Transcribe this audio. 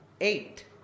eight